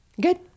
Good